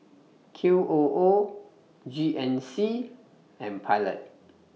Q O O G N C and Pilot